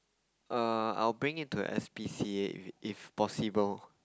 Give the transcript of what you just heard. err I will bring it a S_P_C_A if if possible